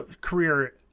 career